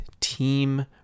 team